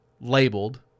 labeled